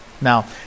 Now